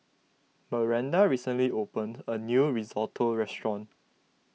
Maranda recently opened a new Risotto restaurant